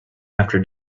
after